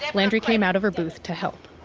yeah landry came out of her booth to help,